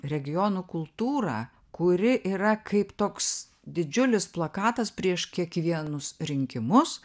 regionų kultūrą kuri yra kaip toks didžiulis plakatas prieš kiekvienus rinkimus